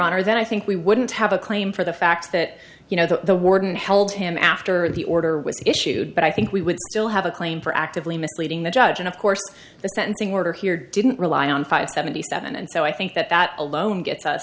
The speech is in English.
honor then i think we wouldn't have a claim for the fact that you know the warden held him after the order was issued but i think we would still have a claim for actively misleading the judge and of course the sentencing order here didn't rely on five seventy seven and so i think that that alone gets us